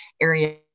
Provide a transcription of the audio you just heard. area